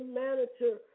manager